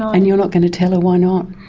and you're not going to tell her. why not?